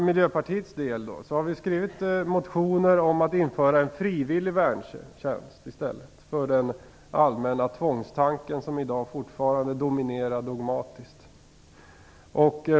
Miljöpartiet har skrivit motioner om att införa en frivillig värntjänst i stället för tanken om den allmänna tvångsvisa värnplikten som i dag fortfarande dominerar dogmatiskt.